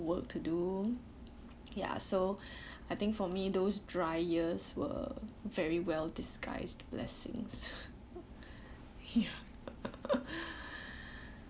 work to do ya so I think for me those dry years were very well disguised blessings ya